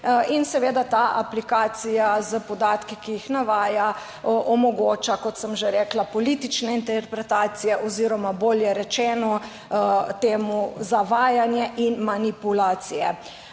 in seveda ta aplikacija s podatki, ki jih navaja, omogoča, kot sem že rekla, politične interpretacije oziroma bolje rečeno, temu zavajanje in manipulacije.